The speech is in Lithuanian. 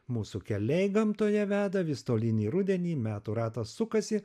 mūsų keliai gamtoje veda vis tolyn į rudenį metų ratas sukasi